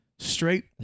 Straight